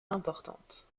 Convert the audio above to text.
importantes